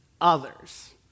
others